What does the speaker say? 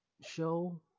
show